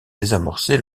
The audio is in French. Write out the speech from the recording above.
désamorcer